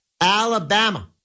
Alabama